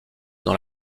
dans